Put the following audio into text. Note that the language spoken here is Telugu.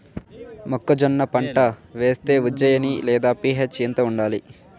మొక్కజొన్న పంట వేస్తే ఉజ్జయని లేదా పి.హెచ్ ఎంత ఉండాలి?